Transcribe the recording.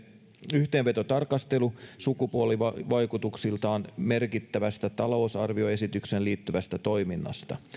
yhteenvetotarkastelu sukupuolivaikutuksiltaan merkittävästä talousarvioesitykseen liittyvästä toiminnasta